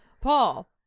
Paul